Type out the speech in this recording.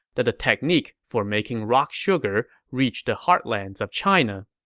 that the technique for making rock sugar reached the heartlands of china